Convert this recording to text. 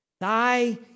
Thy